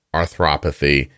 arthropathy